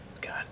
God